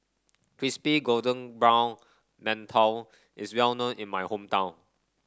Crispy Golden Brown Mantou is well known in my hometown